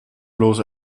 bloß